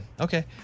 Okay